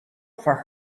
for